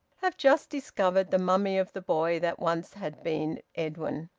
have just discovered the mummy of the boy that once had been edwin.